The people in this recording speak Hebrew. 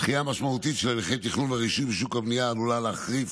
דחייה משמעותית של הליכי תכנון ורישוי בשוק הבנייה עלולה להחריף